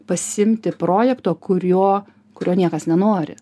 pasiimti projekto kurio kurio niekas nenori